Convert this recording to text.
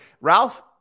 Ralph